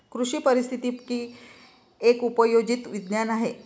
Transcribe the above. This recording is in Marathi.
कृषी पारिस्थितिकी एक उपयोजित विज्ञान आहे